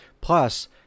Plus